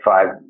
Five